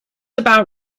about